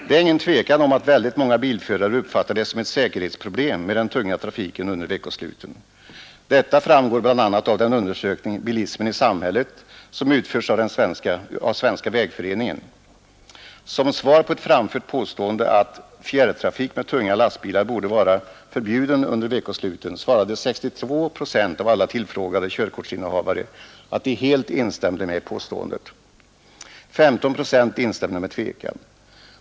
Det är ingen tvekan om att väldigt många bilförare uppfattar det som ett säkerhetsproblem med den tunga trafiken under veckosluten. Detta framgår bl.a. av den undersökning, Bilismen i samhället, som utförts av Svenska vägföreningen. Som svar på ett framfört påstående att fjärrtrafik med tunga lastbilar borde vara förbjuden under veckosluten svarade 62 procent av alla tillfrågade körkortsinnehavare, att de helt instämde i påståendet. 15 procent instämde med tvekan.